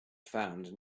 found